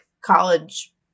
college